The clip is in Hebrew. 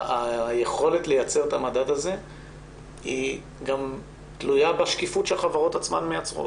היכולת לייצר את המדד הזה היא גם תלויה בשקיפות שהחברות עצמן מייצרות.